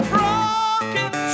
Broken